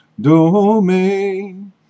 domain